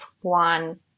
one